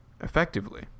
effectively